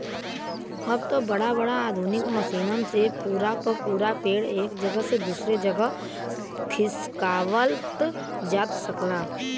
अब त बड़ा बड़ा आधुनिक मसीनन से पूरा क पूरा पेड़ एक जगह से दूसर जगह खिसकावत जा सकला